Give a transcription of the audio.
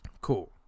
Cool